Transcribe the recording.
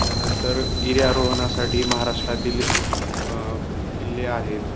त्यानंतर गिर्यारोहणासाठी महाराष्ट्रातील किल्ले आहेत